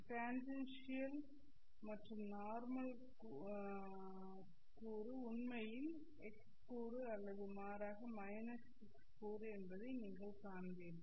tangential கூறு உண்மையில் x கூறு அல்லது மாறாக x கூறு என்பதை நீங்கள் காண்பீர்கள்